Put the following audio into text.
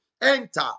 Enter